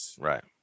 Right